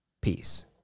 Peace